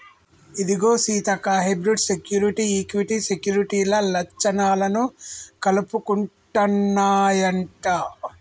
ఇదిగో Seethakka hybrid security, equity సెక్యూరిటీల లచ్చణాలను కలుపుకుంటన్నాయంట